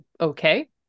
Okay